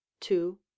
two